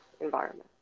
environment